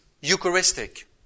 Eucharistic